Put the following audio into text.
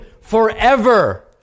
forever